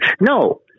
no